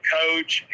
coach